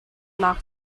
nak